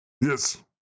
Yes